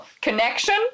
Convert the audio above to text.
connection